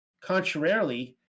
Contrarily